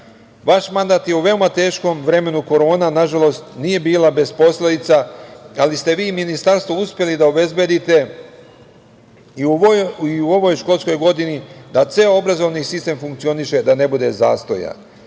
mandat je u veoma teškom vremenu, korona nažalost nije bila bez posledica, ali ste vi ministarstvo uspeli da obezbedite i u ovoj školskoj godini da ceo obrazovni sistem funkcioniše da ne bude zastoja.